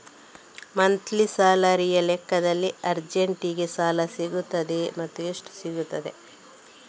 Monthly ಸ್ಯಾಲರಿಯ ಲೆಕ್ಕದಲ್ಲಿ ಅರ್ಜೆಂಟಿಗೆ ಸಾಲ ಸಿಗುತ್ತದಾ ಮತ್ತುಎಷ್ಟು ಸಿಗುತ್ತದೆ?